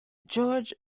george